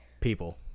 People